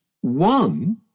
one